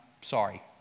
sorry